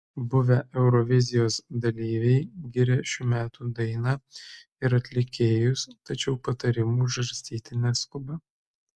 buvę eurovizijos dalyviai giria šių metų dainą ir atlikėjus tačiau patarimų žarstyti neskuba